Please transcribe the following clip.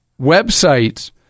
websites